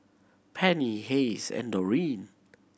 Penny Hays and Doreen